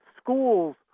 schools